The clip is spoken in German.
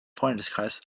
freundeskreis